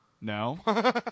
No